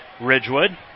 Ridgewood